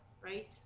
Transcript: right